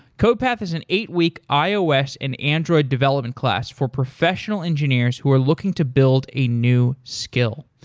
codepath is an eight week ios and android development class for professional engineers who are looking to build a new skill.